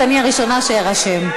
אני הראשונה שאירשם.